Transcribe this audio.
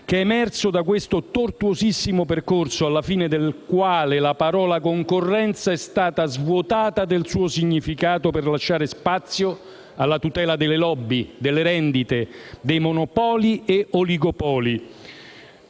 che è emerso da questo tortuosissimo percorso, alla fine del quale la parola concorrenza è stata svuotata del suo significato per lasciare spazio alla tutela delle *lobby*, delle rendite, dei monopoli e oligopoli